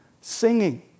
singing